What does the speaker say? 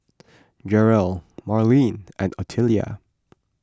Jerrell Marleen and Ottilia